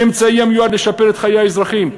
היא אמצעי המיועד לשפר את חיי האזרחים.